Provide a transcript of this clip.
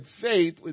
faith